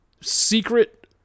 secret